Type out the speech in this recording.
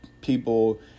people